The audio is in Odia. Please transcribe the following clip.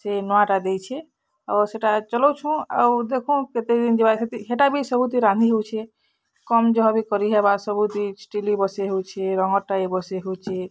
ସେ ନୂଆଟା ଦେଇଛେ ଆଉ ସେଟା ଚଲଉଛୁଁ ଆଉ ଦେଖୁଁ କେତେଦିନ୍ ହେଟା ବି ସବୁଥି ରାନ୍ଧି ହଉଛେ କମ୍ ଜହ ବି କରିହେବା ସବୁତି ଷ୍ଟିଲ୍ ବି ବସେଇ ହଉଛେ ରଙ୍ଗଟା ବସେଇ ହଉଛେ